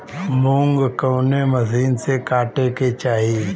मूंग कवने मसीन से कांटेके चाही?